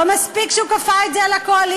לא מספיק שהוא כפה את זה על הקואליציה,